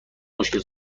مشکل